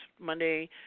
monday